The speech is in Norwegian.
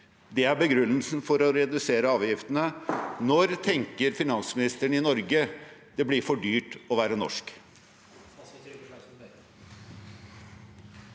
Det er begrunnelsen for å redusere avgiftene. Når tenker finansministeren i Norge at det blir for dyrt å være norsk?